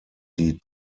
die